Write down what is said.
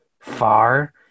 far